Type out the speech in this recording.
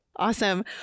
Awesome